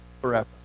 forever